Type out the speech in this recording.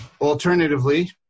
Alternatively